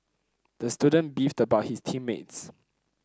the student beefed about his team mates